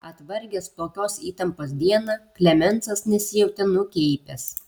atvargęs tokios įtampos dieną klemensas nesijautė nukeipęs